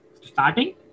starting